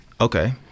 Okay